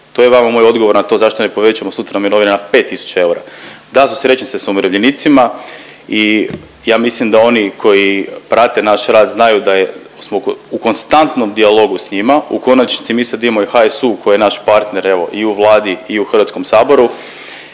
To je vama moj odgovor na to zašto ne povećamo sutra mirovine na 5 tisuća eura. Da, susrećem se sa umirovljenicima i ja mislim da oni koji prate naš rad znaju da je, smo u konstantnom dijalogu s njima u konačnici mi sad imamo i HSU koji je naš partner evo i u Vladi i u Hrvatskom saboru